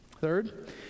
Third